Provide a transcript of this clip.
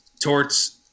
torts